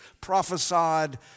prophesied